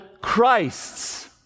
Christs